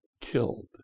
killed